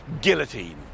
guillotine